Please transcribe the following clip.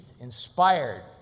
inspired